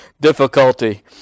difficulty